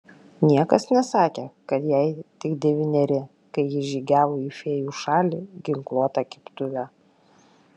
niekas nesakė kad jai tik devyneri kai ji žygiavo į fėjų šalį ginkluota keptuve